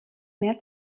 mehr